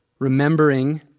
remembering